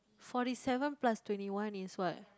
forty seven plus twenty one is what